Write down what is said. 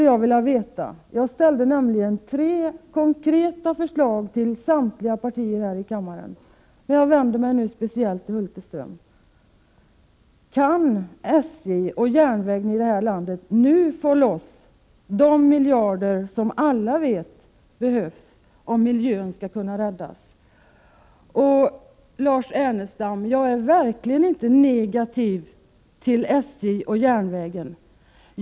Jag framställde tre konkreta förslag till samtliga partier här i kammaren, men jag vänder mig nu speciellt till Sven Hulterström: Kan SJ och järnvägen i detta land nu få loss de miljarder som alla vet behövs om miljön skall kunna räddas? Jag är verkligen inte negativ till SJ och järnvägen, Lars Ernestam.